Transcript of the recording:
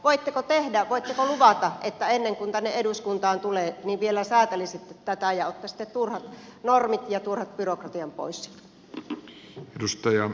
voitteko tehdä tämän voitteko luvata että ennen kuin ne tänne eduskuntaan tulevat vielä säätelisitte tätä ja ottaisitte turhat normit ja turhan byrokratian pois sieltä